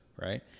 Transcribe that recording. right